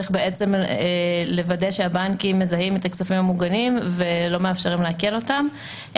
בעצם לוודא שהבנקים מזהים את הכספים המוגנים ולא מאפשרים לעקל אותם.